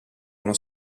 uno